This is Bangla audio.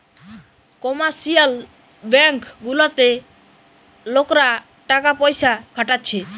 কমার্শিয়াল ব্যাঙ্ক গুলাতে লোকরা টাকা পয়সা খাটাচ্ছে